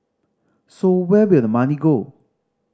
so where will the money go